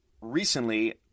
recently